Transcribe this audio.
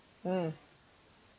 mm